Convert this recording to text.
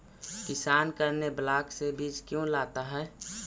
किसान करने ब्लाक से बीज क्यों लाता है?